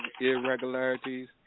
irregularities